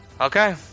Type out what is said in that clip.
Okay